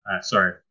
sorry